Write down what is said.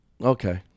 Okay